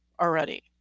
already